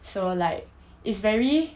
so like it's very